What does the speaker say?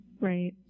right